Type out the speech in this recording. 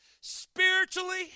spiritually